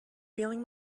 feeling